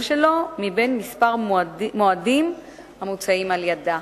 שלו בין כמה מועדים המוצעים על-ידה.